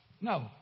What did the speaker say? No